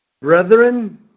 brethren